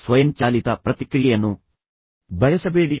ಸ್ವಯಂಚಾಲಿತ ಪ್ರತಿಕ್ರಿಯೆಯನ್ನು ಬಳಸಬೇಡಿ